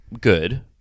good